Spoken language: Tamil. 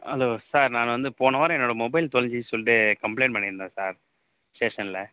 ஹலோ சார் நான் வந்து போன வாரம் என்னோடய மொபைல் தொலைஞ்சிதுன்னு சொல்லிட்டு கம்ப்ளைன்ட் பண்ணிருந்தேன் சார் ஸ்டேஷனில்